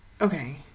Okay